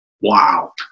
Wow